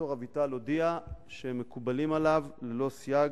שד"ר אביטל הודיע שהם מקובלים עליו ללא סייג